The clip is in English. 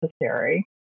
necessary